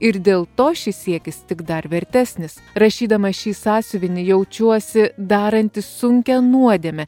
ir dėl to šis siekis tik dar vertesnis rašydama šį sąsiuvinį jaučiuosi daranti sunkią nuodėmę